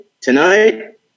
tonight